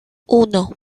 uno